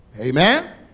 Amen